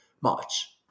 March